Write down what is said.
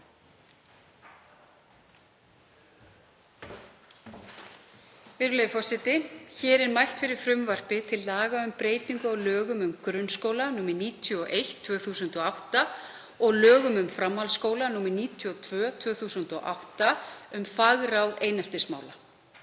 Hér er mælt fyrir frumvarpi til laga um breytingu á lögum um grunnskóla, nr. 91/2008, og lögum um framhaldsskóla, nr. 92/2008, um fagráð eineltismála.